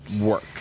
work